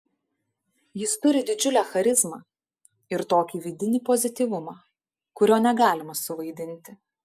jis turi didžiulę charizmą ir tokį vidinį pozityvumą kurio negalima suvaidinti